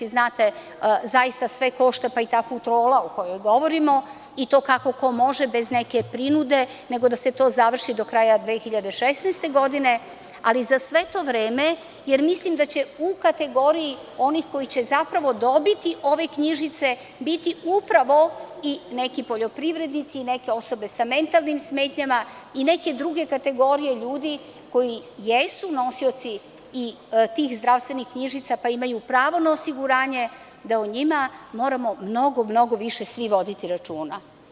Zaista sve košta, pa i ta kontrola o kojoj govorimo i to kako ko može bez neke prinude, nego da se to završi do kraja 2016. godine, ali za sve to vreme, jer mislim da će u kategoriji onih koji će zapravo dobiti ove knjižice biti upravo i neki poljoprivrednici i neke osobe sa mentalnim smetnjama i neke druge kategorije ljudi koji jesu nosioci tih zdravstvenih knjižica pa imaju pravo na osiguranje, da o njima moramo mnogo više svi voditi računa.